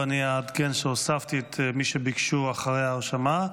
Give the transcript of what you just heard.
ואני אעדכן שהוספתי את מי שביקשו אחרי ההרשמה,